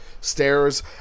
stairs